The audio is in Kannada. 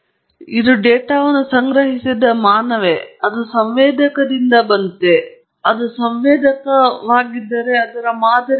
ಆರಂಭದಲ್ಲಿ ನಾವು ತಪ್ಪಾದ ಊಹೆಗಳನ್ನು ಮಾಡಬಹುದು ನಾವು ಒಂದು ಸಂಭವನೀಯ ಪ್ರಕ್ರಿಯೆಯನ್ನು ನಿರ್ಣಾಯಕ ಎಂದು ಪರಿಗಣಿಸಬಹುದು ರೇಖಾತ್ಮಕವಲ್ಲದ ಪ್ರಕ್ರಿಯೆಯೆಂದು ನಾವು ಊಹಿಸಬಹುದು ಸ್ಥಿರವಾದ ಪ್ರಕ್ರಿಯೆ ಕ್ರಿಯಾತ್ಮಕವಾಗಿದ್ದು ಹೀಗೆ ಮಾಡುವುದು ಅದು ಸಾಧ್ಯ